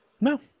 no